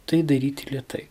tai daryti lėtai